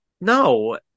no